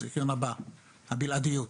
הבלעדיות,